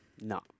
No